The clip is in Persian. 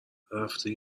رفتی